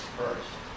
first